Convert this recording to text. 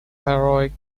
heroic